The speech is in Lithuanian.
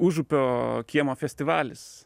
užupio kiemo festivalis